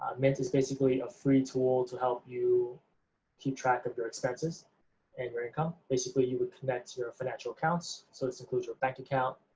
mint is basically a free tool to help you keep track of your expenses and your income. basically you would connect your financial accounts so this includes your bank account,